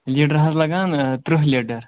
litre حظ لگان تٕرٛہ لیٖٹر